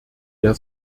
der